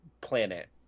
planet